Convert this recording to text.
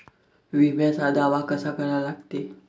बिम्याचा दावा कसा करा लागते?